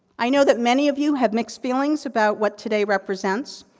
i know that many of you have mixed feelings about what today represents,